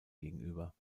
gegenüber